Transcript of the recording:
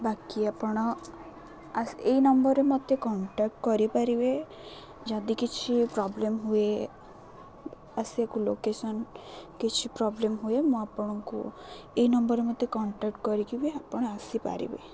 ବାକି ଆପଣ ଆସ୍ ଏଇ ନମ୍ବରରେ ମୋତେ କଣ୍ଟାକ୍ଟ କରିପାରିବେ ଯଦି କିଛି ପ୍ରୋବ୍ଲେମ୍ ହୁଏ ଆସିବାକୁ ଲୋକେସନ୍ କିଛି ପ୍ରବ୍ଲେମ୍ ହୁଏ ମୁଁ ଆପଣଙ୍କୁ ଏଇ ନମ୍ବରରେ ମୋତେ କଣ୍ଟାକ୍ଟ କରିକିି ବି ଆପଣ ଆସିପାରିବେ